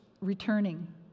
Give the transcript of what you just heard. returning